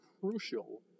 crucial